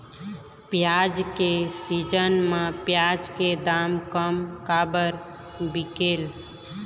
प्याज के सीजन म प्याज के दाम कम काबर बिकेल?